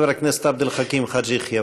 חבר הכנסת עבד אל חכים חאג' יחיא,